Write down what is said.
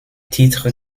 titres